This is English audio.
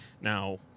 Now